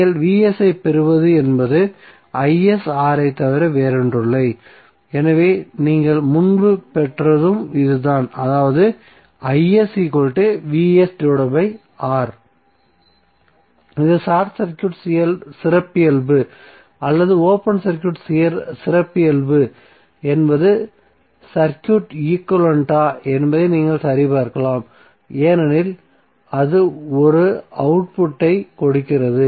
நீங்கள் ஐப் பெறுவது என்பது ஐத் தவிர வேறொன்றுமில்லை எனவே நீங்கள் முன்பு பெற்றதும் இதுதான் அதாவது இது ஷார்ட் சர்க்யூட் சிறப்பியல்பு அல்லது ஓபன் சர்க்யூட் சிறப்பியல்பு என்பது சர்க்யூட் ஈக்வலன்ட்டா என்பதை நீங்கள் சரிபார்க்கலாம் ஏனெனில் அது ஒரே அவுட்புட்டைக் கொடுக்கிறது